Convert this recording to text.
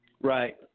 right